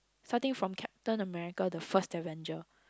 starting from Captain America the first Avenger